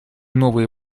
новые